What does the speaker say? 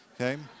Okay